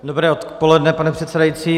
Dobré odpoledne, pane předsedající.